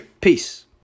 Peace